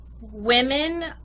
women